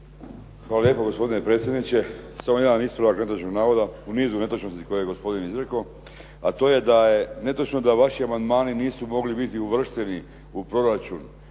Hvala lijepo. Gospodine predsjedniče. Samo jedan ispravak netočnog navoda u nizu netočnosti koje je gospodin izrekao. A to je da je netočno da vaši amandmani nisu mogli biti uvršteni u proračun